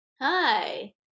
Hi